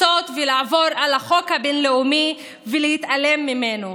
לחצות ולעבור על החוק הבין-לאומי ולהתעלם ממנו.